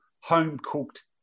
home-cooked